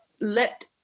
let